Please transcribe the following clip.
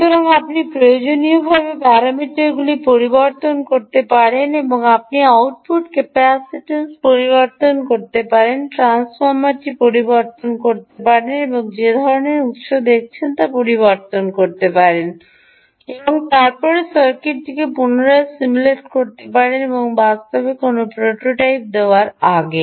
সুতরাং আপনি প্রয়োজনীয়ভাবে প্যারামিটারগুলি পরিবর্তন করতে পারেন আপনি আউটপুট ক্যাপাসিট্যান্স পরিবর্তন করতে পারেন ট্রান্সফর্মারটি পরিবর্তন করতে পারেন আপনি যে ধরণের উত্সটি দেখছেন তা পরিবর্তন করতে পারেন এবং তারপরে সার্কিটটিকে পুনরায় সিমুলেট করতে পারবেন এবং বাস্তবে কোনও প্রোটোটাইপ দেওয়ার আগে